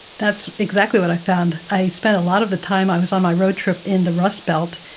that's exactly what i found. i spent a lot of the time i was on my road trip in the rust belt,